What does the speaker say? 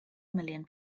million